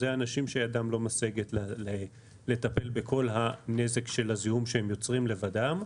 שידם לא משגת לטפל בכל הנזק של הזיהום שהם יוצרים לבדם,